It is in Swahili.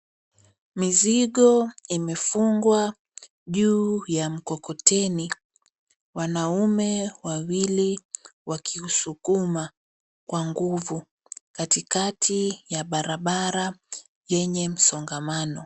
Mizigo imefungwa juu ya mkokoteni, wanaume wawili wakiusukuma kwa nguvu katikati ya barabara yenye msongamano.